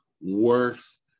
worth